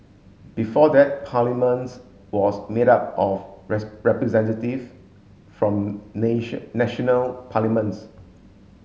before that Parliaments was made up of representative from national parliaments